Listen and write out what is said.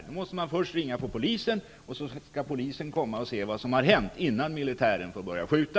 Då måste man först ringa på polisen, som skall komma och se vad som har hänt innan militären får börja skjuta.